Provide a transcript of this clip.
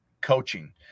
coaching